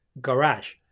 garage